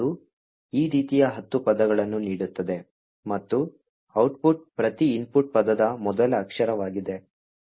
ಇದು ಈ ರೀತಿಯ ಹತ್ತು ಪದಗಳನ್ನು ನೀಡುತ್ತದೆ ಮತ್ತು ಔಟ್ಪುಟ್ ಪ್ರತಿ ಇನ್ಪುಟ್ ಪದದ ಮೊದಲ ಅಕ್ಷರವಾಗಿದೆ